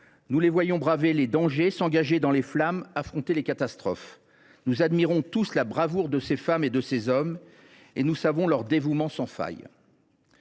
pompiers braver les dangers, s’engager dans les flammes, affronter les catastrophes. Nous admirons tous la bravoure de ces femmes et de ces hommes, et nous connaissons leur dévouement sans faille.